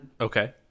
Okay